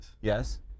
Yes